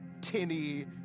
tinny